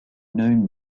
known